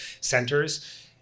centers